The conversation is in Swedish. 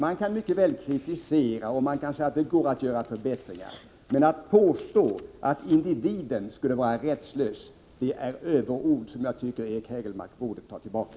Det är mycket möjligt att kritisera och säga att det går att göra förbättringar, men att påstå att individen skulle vara rättslös är överord, som Eric Hägelmark borde ta tillbaka.